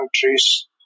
countries